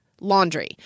laundry